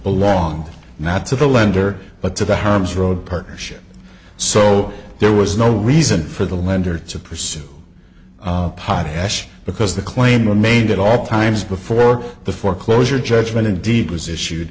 belong not to the lender but to the harmes road partnership so there was no reason for the lender to pursue potash because the claim remained at all times before the foreclosure judgment in deed was issued